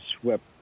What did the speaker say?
swept